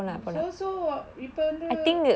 so so இப்போ வந்து:ippo vanthu